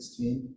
16